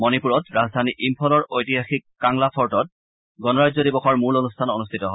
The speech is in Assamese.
মণিপুৰত ৰাজধানী ইম্ফলৰ ঐতিহাসিক কাংলা ফৰ্টত গণৰাজ্য দিৱসৰ মুল অনুষ্ঠান অনুষ্ঠিত হয়